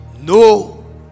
no